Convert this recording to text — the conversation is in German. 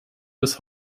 bis